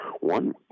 one